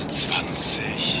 zwanzig